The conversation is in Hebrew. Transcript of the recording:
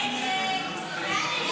אלקטרונית.